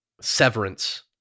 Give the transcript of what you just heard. severance